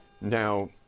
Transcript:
Now